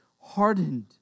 hardened